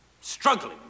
struggling